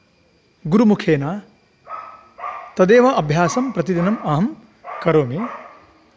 गुरुमुखेन तदेव अभ्यासं प्रतिदिनम् अहं करोमि